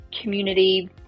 community